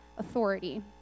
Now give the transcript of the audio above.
Authority